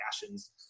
fashions